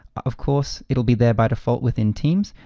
of course, it'll be there by default within teams.